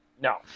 No